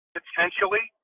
Potentially